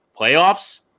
playoffs